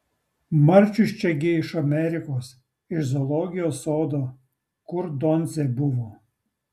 marčius čia gi iš amerikos iš zoologijos sodo kur doncė buvo